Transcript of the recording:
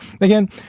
again